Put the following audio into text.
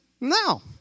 No